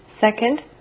second